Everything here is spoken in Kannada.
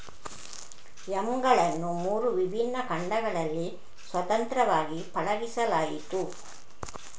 ಯಾಮ್ಗಳನ್ನು ಮೂರು ವಿಭಿನ್ನ ಖಂಡಗಳಲ್ಲಿ ಸ್ವತಂತ್ರವಾಗಿ ಪಳಗಿಸಲಾಯಿತು